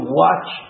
watch